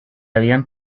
habían